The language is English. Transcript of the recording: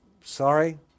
sorry